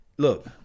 Look